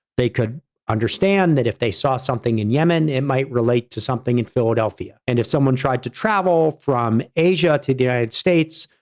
they could understand that if they saw something in yemen, it might relate to something in philadelphia. and if someone tried to travel from asia to the united states,